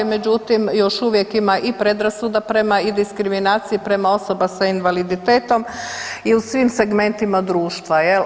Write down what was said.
Međutim, još uvijek ima i predrasuda prema i diskriminacije prema osobama s invaliditetom i u svim segmentima društva, jel'